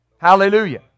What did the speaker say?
Hallelujah